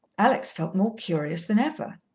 alex felt more curious than ever.